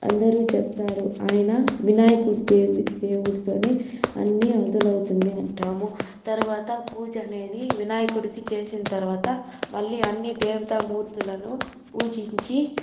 అందరూ చెప్తారు ఆయన వినాయక దేవు దేవుడితోనే అన్నీ మొదలవుతుంది అంటాము తరువాత పూజనేది వినాయకుడికి చేసిన తరువాత మళ్ళీ అన్ని దేవతా మూర్తులను పూజించి